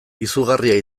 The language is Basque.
izugarria